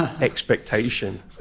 expectation